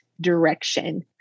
direction